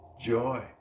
joy